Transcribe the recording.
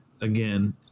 again